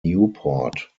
newport